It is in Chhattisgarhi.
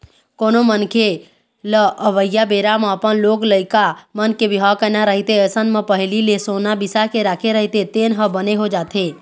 कोनो मनखे लअवइया बेरा म अपन लोग लइका मन के बिहाव करना रहिथे अइसन म पहिली ले सोना बिसा के राखे रहिथे तेन ह बने हो जाथे